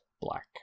black